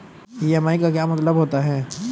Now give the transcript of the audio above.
EMI का क्या मतलब होता है?